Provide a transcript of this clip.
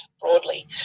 broadly